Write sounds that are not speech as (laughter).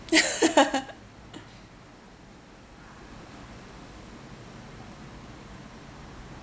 (laughs)